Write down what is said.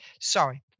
Sorry